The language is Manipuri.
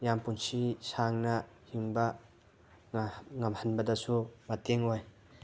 ꯌꯥꯝ ꯄꯨꯟꯁꯤ ꯁꯥꯡꯅ ꯍꯤꯡꯕ ꯉꯝꯍꯟꯕꯗꯁꯨ ꯃꯇꯦꯡ ꯑꯣꯏ